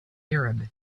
arab